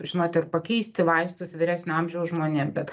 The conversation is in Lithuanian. žinot ir pakeisti vaistus vyresnio amžiaus žmonėm bet